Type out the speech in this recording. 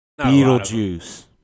Beetlejuice